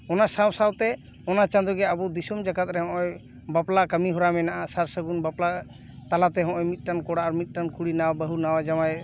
ᱚᱱᱟ ᱥᱟᱶ ᱥᱟᱶᱛᱮ ᱚᱱᱟ ᱪᱟᱸᱫᱳ ᱜᱮ ᱟᱵᱚ ᱫᱤᱥᱚᱢ ᱡᱟᱠᱟᱫ ᱨᱮᱦᱚᱸ ᱱᱚᱜ ᱚᱭ ᱵᱟᱯᱞᱟ ᱠᱟᱹᱢᱤ ᱦᱚᱨᱟ ᱢᱮᱱᱟᱜᱼᱟ ᱥᱟᱨ ᱥᱟᱹᱜᱩᱱ ᱵᱟᱯᱞᱟ ᱛᱟᱞᱟᱛᱮ ᱱᱚᱜ ᱚᱭ ᱢᱤᱫᱴᱟᱱ ᱠᱚᱲᱟ ᱟᱨ ᱢᱤᱫᱴᱟᱱ ᱠᱩᱲᱤ ᱱᱟᱣᱟ ᱵᱟᱦᱩ ᱱᱟᱣᱟ ᱡᱟᱶᱟᱭ